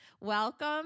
Welcome